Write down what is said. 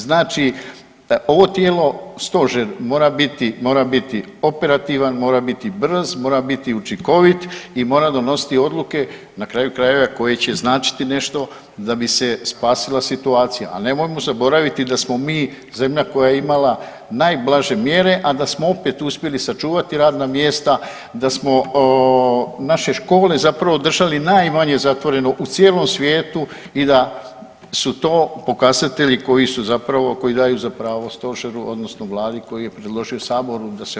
Znači, ovo tijelo, Stožer mora biti operativan, mora biti brz, mora biti učinkovit i mora donositi odluke, na kraju krajeva, koje će značiti nešto da bi se spasila situacija, ali nemojmo zaboraviti da smo mi zemlja koja je imala najblaže mjere, a da smo opet uspjeli sačuvati radna mjesta, da smo naše škole zapravo držale najmanje zatvoreno u cijelom svijetu i da su to pokazatelji koji su zapravo, koji daju za pravo Stožeru odnosno Vladi koji je predložio Saboru da se oformi Stožer.